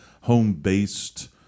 home-based